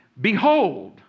Behold